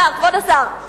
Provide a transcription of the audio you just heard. כבוד השר,